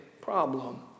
problem